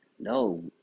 No